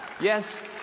Yes